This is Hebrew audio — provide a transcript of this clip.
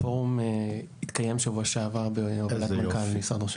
הפורום התקיים בשבוע שעבר בהובלת מנכ"ל משרד ראש הממשלה.